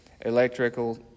electrical